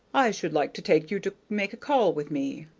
i should like to take you to make a call with me.